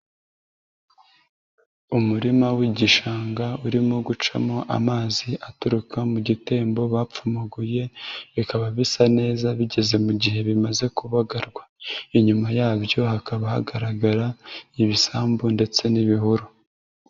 Umurima w'igishanga urimo gucamo amazi aturuka mu gitembo bapfumuguye, bikaba bisa neza bigeze mu gihe bimaze kubagarwa, inyuma yabyo hakaba hagaragara ibisambu ndetse n'ibihuru.